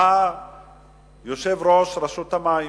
בא יושב-ראש רשות המים,